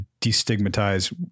destigmatize